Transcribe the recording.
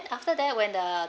after that when the